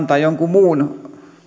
tai jonkin muun